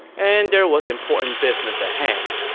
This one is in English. and there was important business at hand.